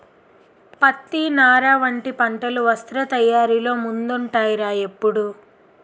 పత్తి, నార వంటి పంటలు వస్త్ర తయారీలో ముందుంటాయ్ రా ఎప్పుడూ